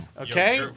Okay